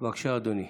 בבקשה, אדוני.